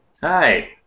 Hi